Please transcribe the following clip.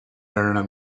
arnav